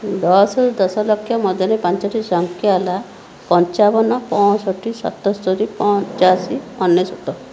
ଦଶରୁ ଦଶଲକ୍ଷ ମଧ୍ୟରେ ପାଞ୍ଚଟି ସଂଖ୍ୟା ହେଲା ପଞ୍ଚାବନ ପଞ୍ଚଷଠି ସତସ୍ତରୀ ପଞ୍ଚାଅଶି ଅନେଶ୍ଵତ